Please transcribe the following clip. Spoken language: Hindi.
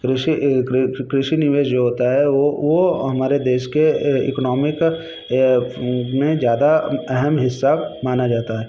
कृषि अ कृषि निवेश जो होता है वो वो हमारे देश के इकोनामिक में ज़्यादा अहम हिस्सा माना जाता है